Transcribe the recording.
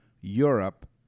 Europe